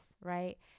right